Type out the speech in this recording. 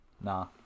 Nah